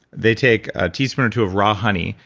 they take a teaspoon or two of raw honey.